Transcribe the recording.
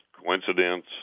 coincidence